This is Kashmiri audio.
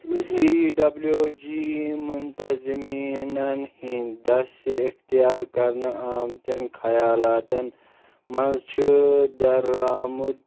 سی ڈبلیو جی منتظمیٖنَن ہِنٛدۍ دسہِ اختیار کرنہٕ آمتیٚن خیالاتن منٛز چھُ در آمُد